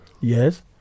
Yes